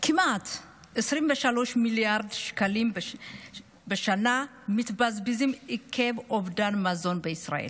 כמעט 23 מיליארד שקלים בשנה מתבזבזים עקב אובדן מזון בישראל.